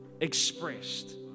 expressed